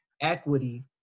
equity